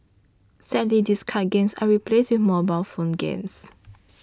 sadly these card games are replaced with mobile phone games